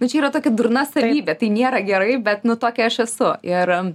bet čia yra tokia durna savybė tai nėra gerai bet nu tokia aš esu ir